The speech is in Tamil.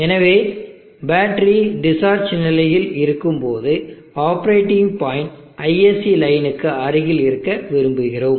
எனவே பேட்டரி டிஸ்சார்ஜ் நிலையில் இருக்கும்போது ஆப்பரேட்டிங் பாயிண்ட் ISC லைனுக்கு அருகில் இருக்க விரும்புகிறோம்